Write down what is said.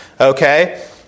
Okay